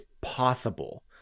possible